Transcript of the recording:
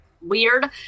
weird